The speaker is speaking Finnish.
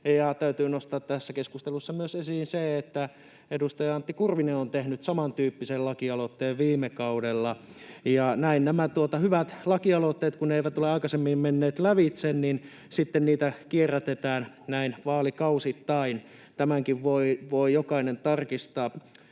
täytyy nostaa tässä keskustelussa esiin myös se, että edustaja Antti Kurvinen on tehnyt samantyyppisen lakialoitteen viime kaudella. Kun nämä hyvät lakialoitteet eivät ole aikaisemmin menneet lävitse, niin sitten niitä kierrätetään näin vaalikausittain. Tämänkin voi jokainen tarkistaa